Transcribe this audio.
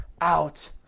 out